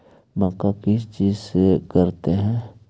मक्का किस चीज से करते हैं?